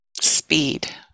Speed